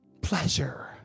pleasure